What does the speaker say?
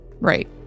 Right